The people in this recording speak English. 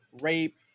rape